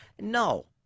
no